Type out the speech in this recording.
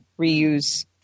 reuse